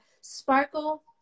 sparkle